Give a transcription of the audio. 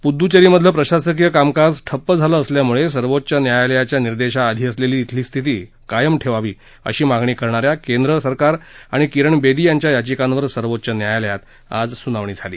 पुदुच्चेरीमधलं प्रशासकीय कामकाज ठप्प झालं असल्यामुळे सर्वोच्च न्यायालयाच्या निर्देशाआधी असलेली बेली स्थिती कायम ठेवावी अशी मागणी करणाऱ्या केंद्र आणि किरण बेदी यांच्या याचिकांवर सर्वोच्च न्यायालयात आज सुनावणी झाली